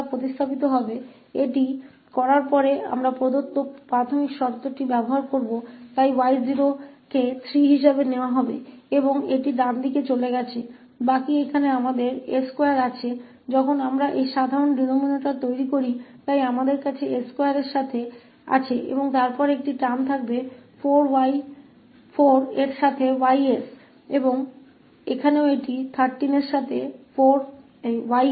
ऐसा करने के बाद हम दी गई प्रारंभिक स्थिति का उपयोग करेंगे इसलिए 𝑦 को 3 बाकी यहाँ हमारे पास यह s2 है जब हम इस सामान्य भाजक को बनाते हैं तो हमारे पास s2 होता है और फिर 𝑌𝑠 के साथ 4 के साथ एक पद होगा और यहां यह 13 भी 𝑌𝑠 के साथ होगा